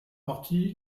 parti